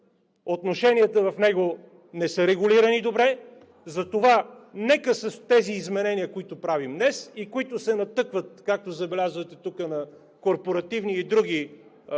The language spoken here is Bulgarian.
отношенията в него не са регулирани добре и нека с тези изменения, които правим днес и на които се натъкваме – както забелязвате, корпоративни и други